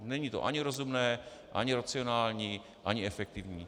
Není to ani rozumné ani racionální ani efektivní.